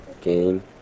game